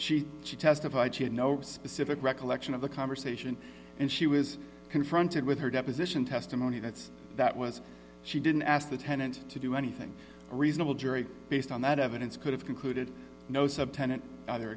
she she testified she had no specific recollection of the conversation and she was confronted with her deposition testimony that's that was she didn't ask the tenant to do anything reasonable jury based on that evidence could have concluded no subtenant either